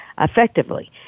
effectively